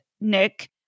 Nick